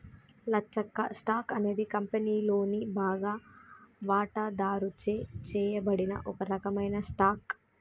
లచ్చక్క, stock అనేది కంపెనీలోని బాగా వాటాదారుచే చేయబడిన ఒక రకమైన స్టాక్